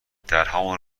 درهمان